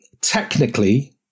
technically